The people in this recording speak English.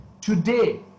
Today